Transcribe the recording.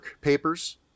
papers